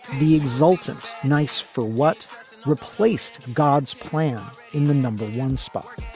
the exultant nice for what replaced god's plan in the number one spot,